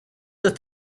that